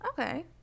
Okay